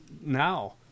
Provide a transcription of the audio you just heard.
now